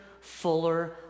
fuller